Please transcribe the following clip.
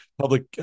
public